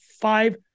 five